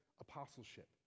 apostleship